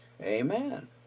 Amen